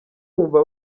wumva